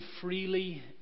freely